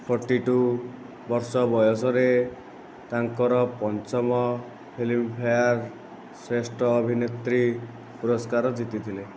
forty-two ବର୍ଷ ବୟସରେ ତାଙ୍କର ପଞ୍ଚମ ଫିଲ୍ମଫେୟାର ଶ୍ରେଷ୍ଠ ଅଭିନେତ୍ରୀ ପୁରସ୍କାର ଜିତିଥିଲେ